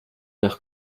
nach